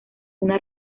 una